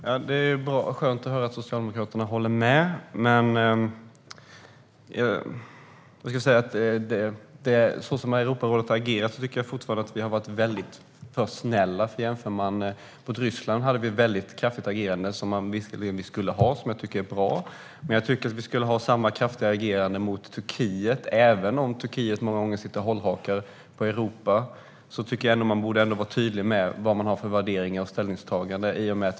Fru talman! Det är skönt att höra att Socialdemokraterna håller med, men som Europarådet har agerat tycker jag fortfarande att vi har varit alldeles för snälla. Mot Ryssland agerade vi väldigt kraftigt, vilket jag tycker är bra, och jag tycker att vi skulle ha samma kraftiga agerande mot Turkiet. Även om Turkiet många gånger har hållhakar på Europa tycker jag att man borde vara tydlig med sina värderingar och ställningstaganden.